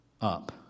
up